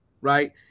Right